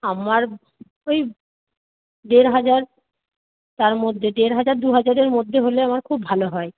আমার ওই দেড় হাজার তার মধ্যে দেড় হাজার দুহাজারের মধ্যে হলে আমার খুব ভালো হয়